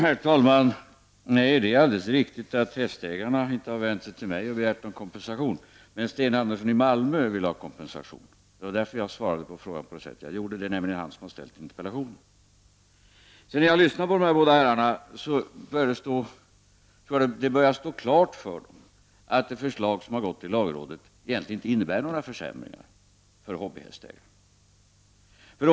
Herr talman! Nej, det är riktigt att hästägarna inte har vänt sig till mig och begärt någon kompensation. Men Sten Andersson i Malmö vill ha kompensation. Det var därför jag svarade på frågan såsom jag gjorde. Det är nämligen han som har ställt interpellationen. Efter att ha lyssnat till de båda herrarna tycker jag att det börjar stå klart för dem att det förslag som har gått till lagrådet egentligen inte innebär några försämringar för hobbyhästägarna.